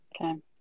Okay